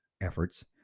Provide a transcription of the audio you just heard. efforts